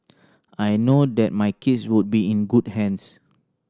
I know that my kids would be in good hands